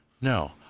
No